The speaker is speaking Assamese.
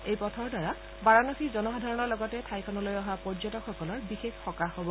এই পথৰ দ্বাৰা বাৰানসীৰ জনসাধাৰণৰ লগতে ঠাইখনলৈ অহা পৰ্যটকসকলৰ বিশেষ সকাহ হব